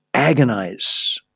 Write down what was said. Agonize